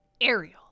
ariel